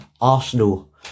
Arsenal